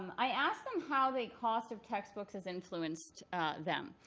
um i asked them how the cost of textbooks has influenced them.